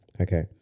okay